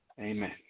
Amen